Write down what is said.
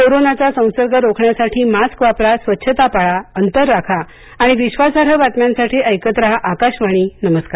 कोरोनाचा संसर्ग रोखण्यासाठी मास्क वापरा स्वच्छता पाळा अंतर राखा आणि विश्वासार्ह बातम्यांसाठी ऐकत रहा आकाशवाणी नमस्कार